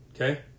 Okay